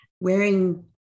wearing